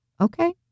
okay